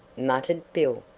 muttered bill,